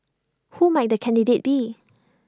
who might the candidate be